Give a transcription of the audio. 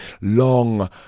long